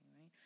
right